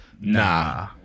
Nah